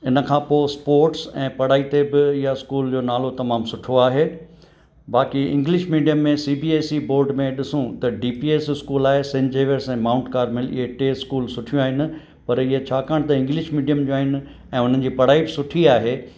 इन खां पोइ स्पोट्स ऐं पढ़ाई ते बि या स्कूल जो नालो तमामु सुठो आहे बाक़ी इंग्लिश मीडियम में सीबीएसई बोर्ड में ॾिसूं त डीपीएस स्कूल आहे सन जेवियर स्कूल ऐं माउंट कार्मेल इए टे स्कूल सुठियूं आहिनि पर इहे छाकाणि त इंग्लिश मीडियम जो आहिनि ऐं उन्हनि जी पढ़ाई बि सुठी आहे